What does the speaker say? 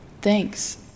Thanks